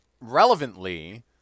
relevantly